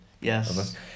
Yes